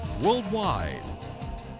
worldwide